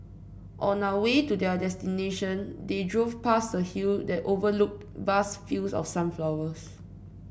on a way to their destination they drove past a hill that overlooked vast fields of sunflowers